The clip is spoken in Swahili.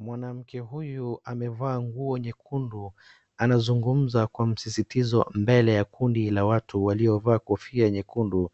Mwanamke huyu amevaa nguo nyekundu anazungumza kwa msisitizo mbele ya kundi la watu waliovaa kofia nyekundu